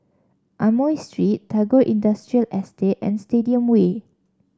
Amoy Street Tagore Industrial Estate and Stadium Way